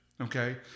Okay